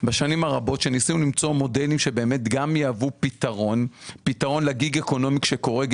ניסינו למצוא מודלים שגם יהוו פתרון ל- "Gig Economic"שקורית;